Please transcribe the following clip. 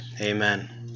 Amen